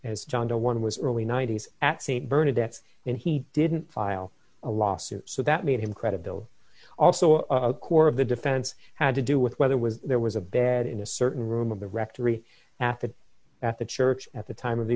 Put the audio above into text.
as john doe one was early ninety's at saint bernard that's when he didn't file a lawsuit so that made him credibility also a core of the defense had to do with whether was there was a bed in a certain room of the rectory at the at the church at the time of the